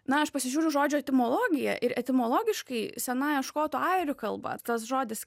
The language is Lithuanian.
na aš pasižiūriu žodžio etimologiją ir etimologiškai senąja škotų airių kalba tas žodis